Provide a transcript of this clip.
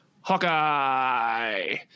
Hawkeye